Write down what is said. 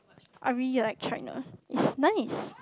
I really like China it's nice